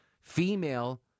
Female